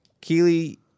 Keely